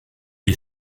est